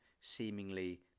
seemingly